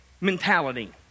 mentality